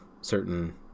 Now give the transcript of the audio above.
certain